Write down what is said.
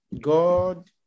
God